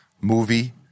movie